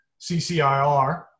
CCIR